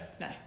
No